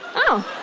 oh.